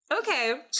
Okay